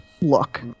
look